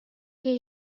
que